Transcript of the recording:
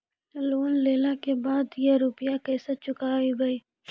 Loan लेला के बाद या रुपिया केसे चुकायाबो?